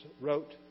wrote